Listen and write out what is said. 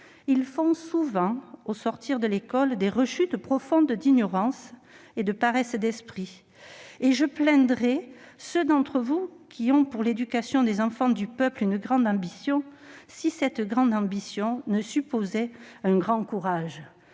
Ils font souvent, au sortir de l'école, des rechutes profondes d'ignorance et de paresse d'esprit, et je plaindrais ceux d'entre vous qui ont pour l'éducation des enfants du peuple une grande ambition, si cette grande ambition ne supposait un grand courage.